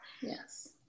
Yes